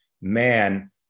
man